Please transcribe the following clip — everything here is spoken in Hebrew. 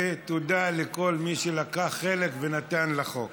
ותודה לכל מי שלקח חלק ונתן לחוק.